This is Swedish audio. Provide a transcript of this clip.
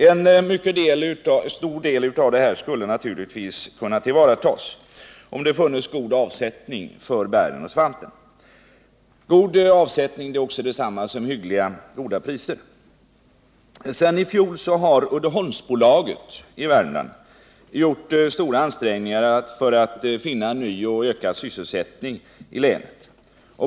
En mycket stor del av detta skulle naturligtvis kunna tillvaratas om det fanns god avsättning för bären och svampen. God avsättning är också detsamma som bra priser. Sedan i fjol har Uddeholmsbolaget i Värmland gjort stora ansträngningar för att finna ny och ökad sysselsättning i länet.